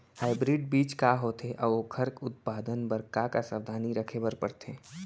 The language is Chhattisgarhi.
हाइब्रिड बीज का होथे अऊ ओखर उत्पादन बर का का सावधानी रखे बर परथे?